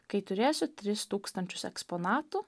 kai turėsiu tris tūkstančius eksponatų